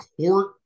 court